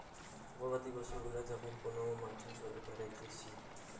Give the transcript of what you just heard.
গবাদি পশু গিলা যখন কোন মাঠে চরে বেড়াতিছে